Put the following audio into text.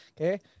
Okay